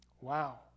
Wow